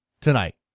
tonight